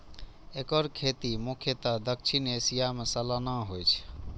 एकर खेती मुख्यतः दक्षिण एशिया मे सालाना होइ छै